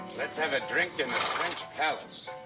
let's have a drink in the french palace.